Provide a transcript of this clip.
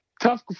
tough